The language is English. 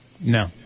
No